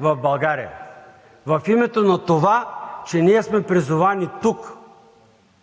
в България, в името на това, че ние сме призовани тук,